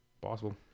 possible